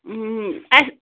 اَسہِ